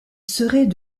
serait